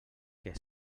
que